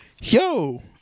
Yo